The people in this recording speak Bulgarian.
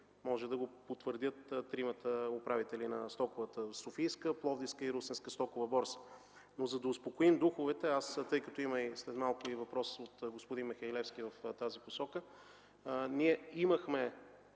може да го потвърдят тримата управители на Софийска, Пловдивска и Русенска стокова борса. За да успокоим духовете, тъй като след малко има и въпрос от господин Михалевски в тази посока, ние имахме